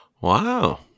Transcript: Wow